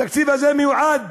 התקציב הזה מיועד